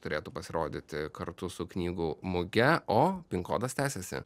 turėtų pasirodyti kartu su knygų muge o pin kodas tęsiasi